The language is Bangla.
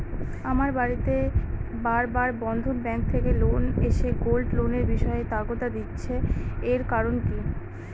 আমার বাড়িতে বার বার বন্ধন ব্যাংক থেকে লোক এসে গোল্ড লোনের বিষয়ে তাগাদা দিচ্ছে এর কারণ কি?